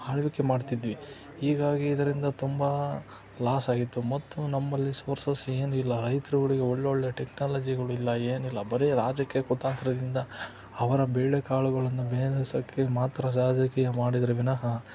ಆಳ್ವಿಕೆ ಮಾಡ್ತಿದ್ವಿ ಹೀಗಾಗಿ ಇದರಿಂದ ತುಂಬ ಲಾಸ್ ಆಗಿತ್ತು ಮತ್ತು ನಮ್ಮಲ್ಲಿ ಸೋರ್ಸಸ್ ಏನೂ ಇಲ್ಲ ರೈತ್ರುಗಳಿಗೆ ಒಳ್ಳೊಳ್ಳೆಯ ಟೆಕ್ನಾಲಜಿಗಳು ಇಲ್ಲ ಏನಿಲ್ಲ ಬರೀ ರಾಜಕೀಯ ಕುತಂತ್ರದಿಂದ ಅವರ ಬೇಳೆಕಾಳುಗಳನ್ನು ಬೇಯಿಸೋಕೆ ಮಾತ್ರ ರಾಜಕೀಯ ಮಾಡಿದ್ದರೆ ವಿನಹ